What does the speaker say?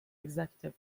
executive